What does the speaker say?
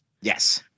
Yes